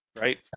Right